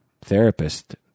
therapist